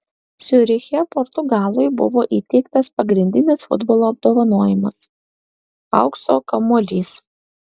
ciuriche portugalui buvo įteiktas pagrindinis futbolo apdovanojimas aukso kamuolys